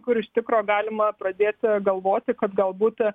kur iš tikro galima pradėti galvoti kad galbūt